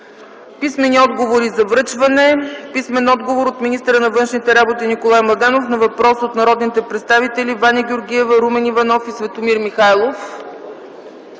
Писмени отговори за връчване: Писмен отговор от министъра на външните работи Николай Младенов на въпрос от народните представители Ваня Георгиева, Румен Иванов и Светомир Михайлов.